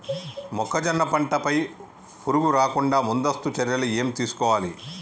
మొక్కజొన్న పంట పై పురుగు రాకుండా ముందస్తు చర్యలు ఏం తీసుకోవాలి?